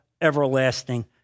everlasting